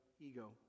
ego